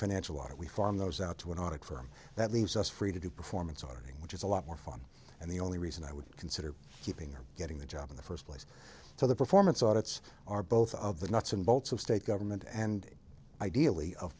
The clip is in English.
financial are we farm those out to an audit firm that leaves us free to do performance ordering which is a lot more fun and the only reason i would consider keeping or getting the job in the first place so the performance audits are both of the nuts and bolts of state government and ideally of